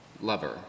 lover